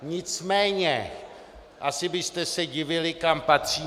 Nicméně asi byste se divili, kam patřím.